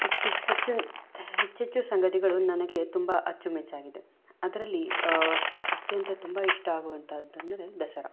ಹೆಚ್ಚು ಹೆಚ್ಚು ಹೆಚ್ಚೆಚ್ಚು ಸಂಗತಿಗಳು ನನಗೆ ತುಂಬ ಅಚ್ಚುಮೆಚ್ಚಾಗಿದೆ ಅದರಲ್ಲಿ ಅತ್ಯಂತ ತುಂಬ ಇಷ್ಟ ಆಗುವಂಥದ್ದು ಅಂದರೆ ದಸರಾ